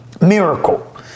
miracle